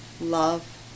love